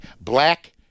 Black